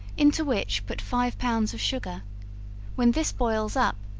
into which put five pounds of sugar when this boils up,